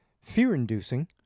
fear-inducing